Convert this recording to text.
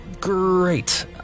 Great